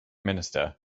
minister